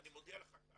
אני מודיע לך כאן,